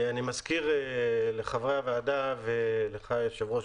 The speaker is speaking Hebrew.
אני מזכיר לחברי הוועדה ולך היושב-ראש.